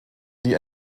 die